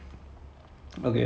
and